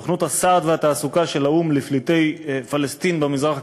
סוכנות הסעד והתעסוקה של האו"ם לפליטי פלסטין במזרח הקרוב,